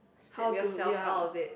snap yourself out of it